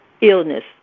illness